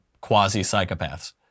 quasi-psychopaths